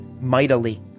mightily